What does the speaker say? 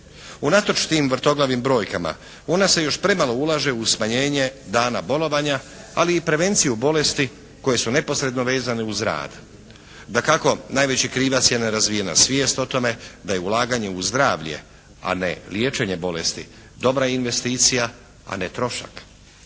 Unatoč tim vrtoglavim brojkama u nas se još premalo ulaže u smanjenje dana bolovanja, ali i prevenciju bolesti koje su neposredno vezane uz rad. Dakako, najveći krivac je nerazvijena svijest o tome da je ulaganje u zdravlje, a ne liječenje bolesti dobra investicija, a ne trošak.